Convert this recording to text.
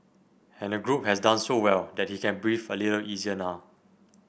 and the group has done so well that he can breathe a little easier now